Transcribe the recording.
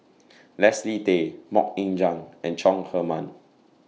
Leslie Tay Mok Ying Jang and Chong Herman